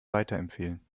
weiterempfehlen